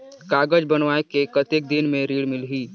कागज बनवाय के कतेक दिन मे ऋण मिलही?